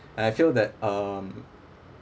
and I feel that um